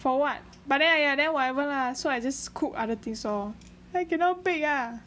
for what but then !aiya! then whatever lah so I just cook other things lor then I cannot bake ah